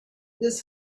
this